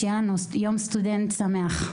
שיהיה לנו יום סטודנט שמח.